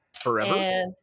forever